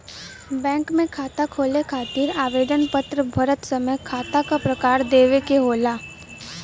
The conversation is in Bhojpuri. बैंक में खाता खोले खातिर आवेदन पत्र भरत समय खाता क प्रकार देवे के होला